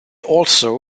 also